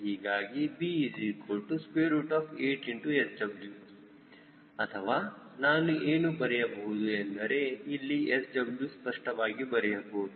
ಹೀಗಾಗಿ b8SW ಅಥವಾ ನಾನು ಏನು ಬರೆಯಬಹುದು ಎಂದರೆ ಇಲ್ಲಿ SW ಸ್ಪಷ್ಟವಾಗಿ ಬರೆಯಬಹುದು